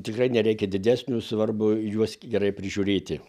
tikrai nereikia didesnio svarbu juos gerai prižiūrėti